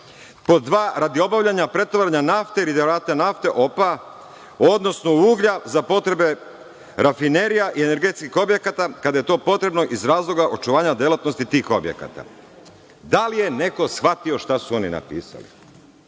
pod dva radi obavljanja pretovara nafte ili derivata nafte, odnosno uglja za potrebe rafinerija i energetskih objekata kada je to potrebno iz razloga očuvanja delatnosti tih objekata. Da li je neko shvatio šta su oni napisali?